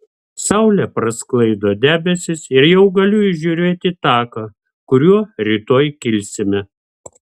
saulė prasklaido debesis ir jau galiu įžiūrėti taką kuriuo rytoj kilsime